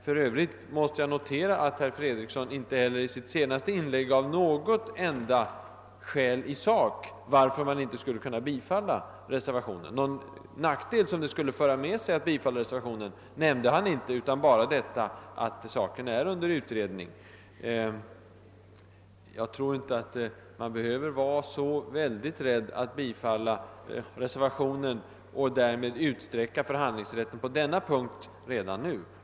För övrigt måste jag notera att herr Fredriksson inte heller i sitt senaste inlägg gav något enda skäl i sak för att man inte skulle kunna bifalla reservationen. Han påstod inte heller att bifall till reservationen skulle medföra någon särskild nackdel; han sade bara åter att saken är under utredning. Herr talman!